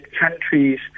countries